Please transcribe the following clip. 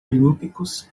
olímpicos